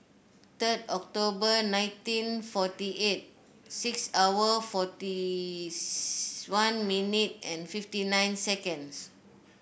third October nineteen forty eight six hour forty one minute and fifty nine seconds